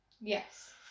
Yes